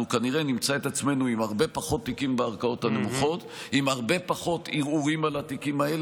אנחנו כנראה נמצא את עצמנו עם הרבה פחות תיקים בערכאות הנמוכות,